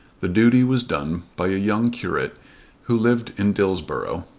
the duty was done by a young curate who lived in dillsborough,